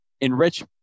enrich